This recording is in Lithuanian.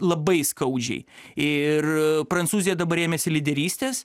labai skaudžiai ir prancūzija dabar ėmėsi lyderystės